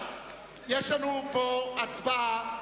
יש לנו פה הצבעה,